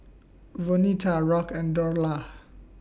Vonetta Rock and Dorla